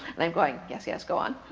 and i'm going, yes, yes, go on.